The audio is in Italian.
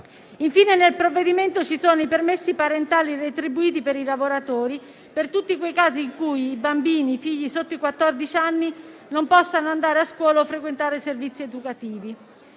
Infine, nel provvedimento ci sono i permessi parentali retribuiti per i lavoratori in tutti quei casi in cui i figli sotto i quattordici anni non possano andare a scuola o frequentare i servizi educativi.